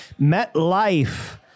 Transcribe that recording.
MetLife